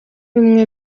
bimwe